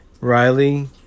Riley